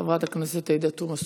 חברת הכנסת עאידה תומא סלימאן,